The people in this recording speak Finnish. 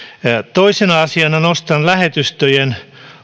toisena asiana nostan lähetystöjen